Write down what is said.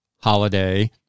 holiday